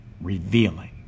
revealing